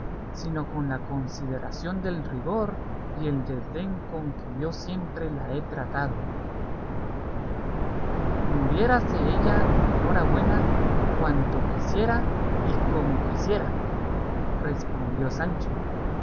sino con la consideración del rigor y el desdén con que yo siempre la he tratado muriérase ella en hora buena cuanto quisiera y como quisiera respondió sancho